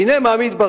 והנה, מה מתברר?